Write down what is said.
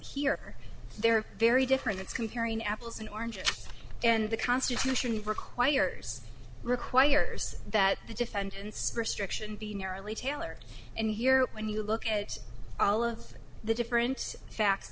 here they're very different it's comparing apples and oranges and the constitution requires requires that the defendant's restriction be narrowly tailored and here when you look at all of the different fact